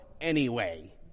anyway